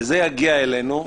זה יגיע אלינו,